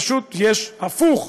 פשוט יש הפוך,